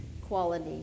quality